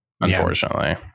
unfortunately